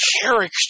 character